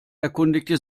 erkundigte